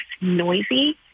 noisy